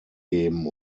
geben